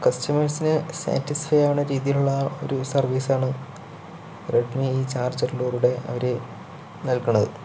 കസ്റ്റമേഴ്സിന് സാറ്റിസ്ഫൈ ആവണ രീതിലുള്ള ഒരു സർവീസാണ് റെഡ്മി ഈ ചാർജ്ജറിലൂടെ അവര് നൽകണത്